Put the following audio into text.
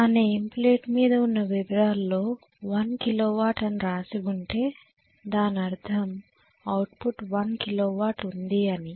ఆ name plate మీద ఉన్న వివరాల్లో 1 కిలో వాట్ అని రాసి ఉంటే దానర్థం అవుట్పుట్ 1 కిలో వాట్ ఉంది అని